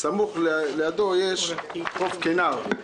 סמוך לחוף דוגה נמצא חוף קינר,